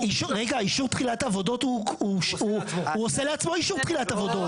אישור תחילת עבודות הוא עושה לעצמו אישור תחילת עבודות.